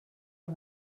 are